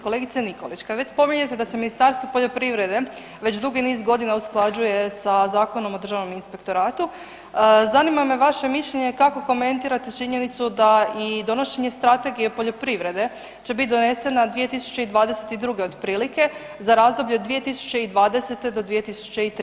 Kolegice Nikolić, kad već spominjete da se Ministarstvo poljoprivrede već dugi niz godina usklađuje sa Zakonom o državnom inspektoratu zanima me vaše mišljenje kako komentirate činjenicu da i donošenje Strategije poljoprivrede će bit donesena 2022. otprilike za razdoblje 2020. do 2030.